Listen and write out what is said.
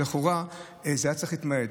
כשלכאורה זה היה צריך להתמעט,